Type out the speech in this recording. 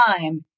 time